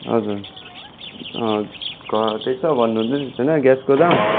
हजुर अँ घटेको छ भन्नु हुँदैथ्यो होइन ग्यासको दाम